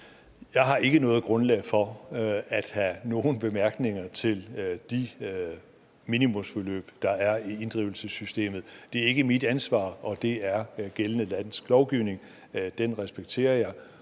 Jeg har ikke noget grundlag for at have nogen bemærkninger til de minimumsbeløb, der er i inddrivelsessystemet. Det er ikke mit ansvar. Det er gældende dansk lovgivning, og den respekterer jeg.